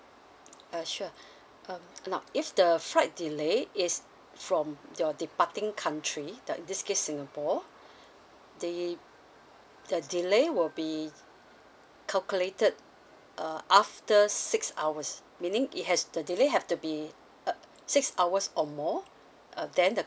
uh sure uh now if the flight delay yes from your departing country like in this case singapore they the delay will be calculated uh after six hours meaning it has the delay have to be uh six hours or more err then the